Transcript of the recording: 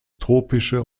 tropische